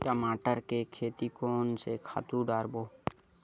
टमाटर के खेती कोन से खातु डारबो?